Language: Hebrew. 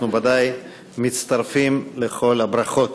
אנחנו ודאי מצטרפים לכל הברכות.